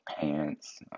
pants